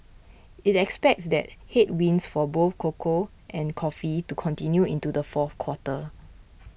it expects these headwinds for both cocoa and coffee to continue into the fourth quarter